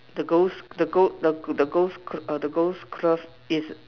the girl's the girl's the the girls uh the girl's glove is